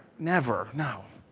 never, no.